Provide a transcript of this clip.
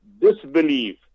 disbelief